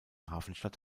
hafenstadt